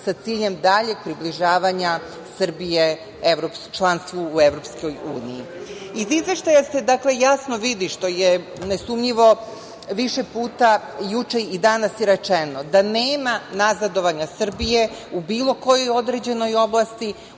sa ciljem daljeg približavanja Srbije članstvu u EU.Iz Izveštaja se, dakle, jasno vidi, što je nesumnjivo više puta juče i danas i rečeno, da nema nazadovanja Srbije u bilo kojoj određenoj oblasti,